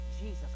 Jesus